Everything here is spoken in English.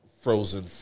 Frozen